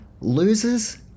losers